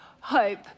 hope